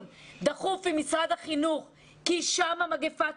דחוף עם משרד החינוך כי שם תהיה המגפה.